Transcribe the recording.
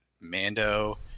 mando